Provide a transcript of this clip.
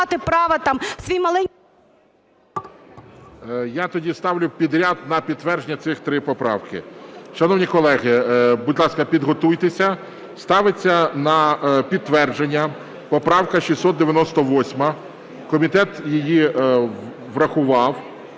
Я тоді ставлю підряд на підтвердження ці три поправки. Шановні колеги, будь ласка, підготуйтеся. Ставиться на підтвердження поправка 698. Комітет її врахував